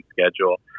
schedule